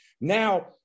Now